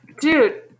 Dude